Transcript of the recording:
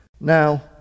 Now